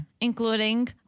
Including